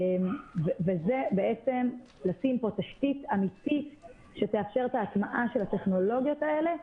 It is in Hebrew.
וזה בעצם לשים פה תשתית אמיתית שתאפשר את ההטמעה של הטכנולוגיות האלה,